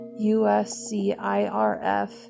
uscirf